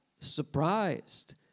surprised